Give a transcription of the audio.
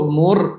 more